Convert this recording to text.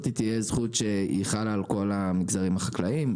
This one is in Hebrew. תהיה זכות שחלה על כל המגזרים החקלאיים,